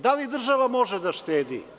Da li država može da štedi?